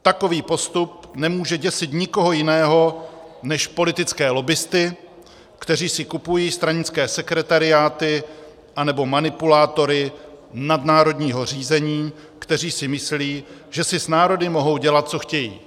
Takový postup nemůže děsit nikoho jiného než politické lobbisty, kteří si kupují stranické sekretariáty anebo manipulátory nadnárodního řízení, kteří si myslí, že si s národy mohou dělat, co chtějí.